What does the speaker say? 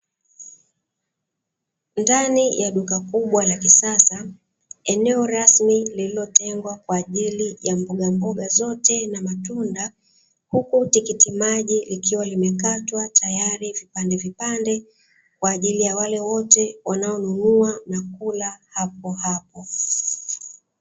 Ndani ya duka kubwa la kisasa, eneo rasmi lililotengwa kwa ajili ya mbogamboga zote na matunda, huku tikiti maji likiwa limekatwa tayari vipandevipande, kwa ajili ya wale wote wanaonunua na kula hapohapo.